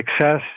success